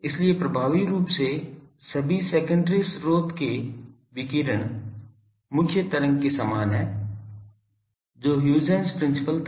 इसलिए प्रभावी रूप से सभी सेकेंडरी स्रोत के विकिरण मुख्य तरंग के समान हैं जो ह्यूजेंस प्रिंसिपल था